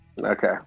okay